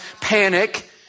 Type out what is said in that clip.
Panic